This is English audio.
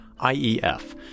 IEF